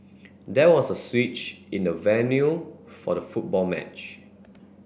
there was a switch in the venue for the football match